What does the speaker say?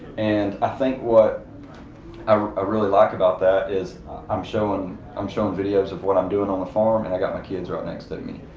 and i think what i ah really like about that is i'm showing i'm showing videos of what i'm doing on the farm, and i got my kids right next to me.